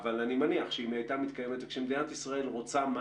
אלה לא יהיו 100 אחוזים אבל אין ספק שיש כבר כמה חברות שעובדות מצוין.